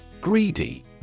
Greedy